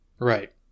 Right